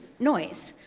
noise.